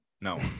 no